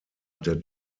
der